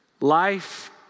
Life